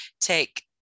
take